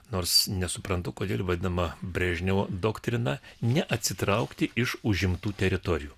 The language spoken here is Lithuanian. nors nesuprantu kodėl ji vadinama brežnevo doktrina neatsitraukti iš užimtų teritorijų